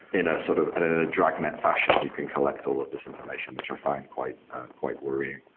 in a sort of a dragnet fashion, you can collect all of these information, which i find quite quite worrying.